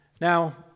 Now